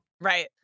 Right